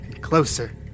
Closer